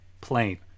plain